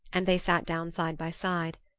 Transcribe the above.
and they sat down side by side.